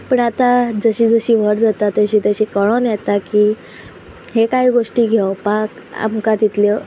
पण आतां जशी जशी व्हड जाता तशी तशी कळोन येता की हे कांय गोश्टी घेवपाक आमकां तितल्यो